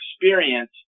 experience